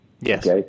Yes